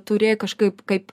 turėjo kažkaip kaip